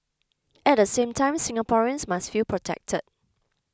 at the same time Singaporeans must feel protected